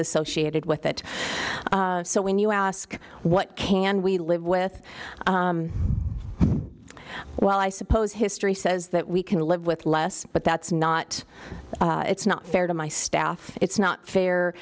associated with that so when you ask what can we live with well i suppose history says that we can live with less but that's not it's not fair to my staff it's not fair